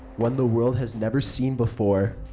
one the world has never seen before.